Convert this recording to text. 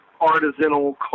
artisanal